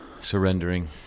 surrendering